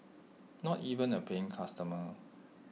not even A paying customer